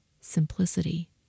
simplicity